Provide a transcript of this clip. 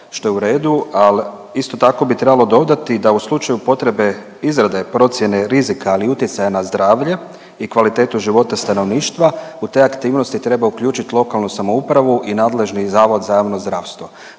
što je u redu, ali isto tako bi trebalo dodati da u slučaju potrebe izrade procjene rizika, ali i utjecaja na zdravlje i kvalitetu života stanovništva u te aktivnosti treba uključiti lokalnu samoupravi i nadležni Zavod za javno zdravstvo.